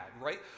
right